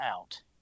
out